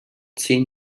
zehn